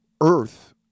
earth